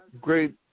great